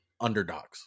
underdogs